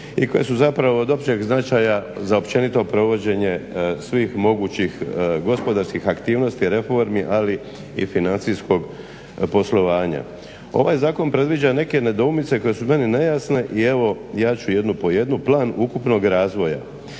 i koje su zapravo od općeg značaja za općenito provođenje svih mogućih gospodarskih aktivnosti, reformi ali i financijskog poslovanja. Ovaj zakon predviđa neke nedoumice koje su meni nejasne i evo ja ću jednu po jednu. Plan ukupnog razvoja